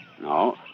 No